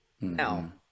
Now